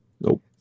Nope